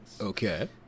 Okay